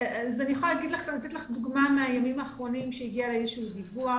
אני יכולה לתת לך דוגמה מהימים האחרונים שהגיע אליי איזשהו דיווח.